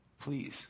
please